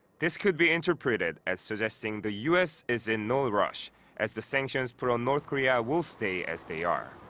this could be interpreted as suggesting the u s. is in no rush as the sanctions put on north korea will stay as they are.